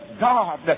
God